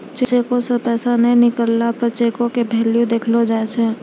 चेको से पैसा नै निकलला पे चेको के भेल्यू देखलो जाय छै